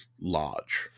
large